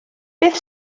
beth